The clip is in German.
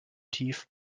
tief